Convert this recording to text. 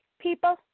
people